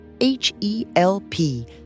H-E-L-P